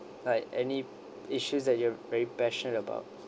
like any issues that you are very passion about